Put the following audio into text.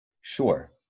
Sure